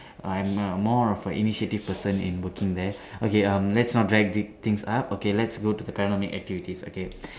I'm a more of a initiative person in working there okay um let's not drag th~ things up okay let's go to panoramic activities okay